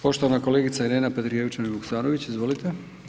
Poštovana kolegica Irena Petrijevčanin Vuksanović, izvolite.